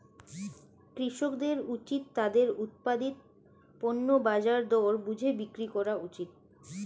কৃষকদের উচিত তাদের উৎপাদিত পণ্য বাজার দর বুঝে বিক্রি করা উচিত